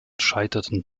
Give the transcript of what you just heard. scheiterten